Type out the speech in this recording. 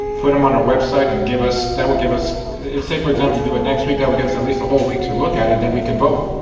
put them on our website and give us that will give us say for example, you do it next week that will give us at least a whole week to look at it and we can vote.